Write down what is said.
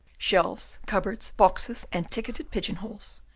shelves, cupboards, boxes, and ticketed pigeon-holes,